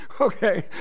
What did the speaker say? Okay